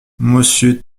monsieur